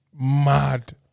Mad